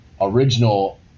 original